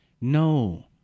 No